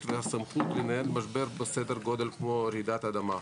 והסמכות לנהל משבר בסדר גודל כמו רעידת אדמה.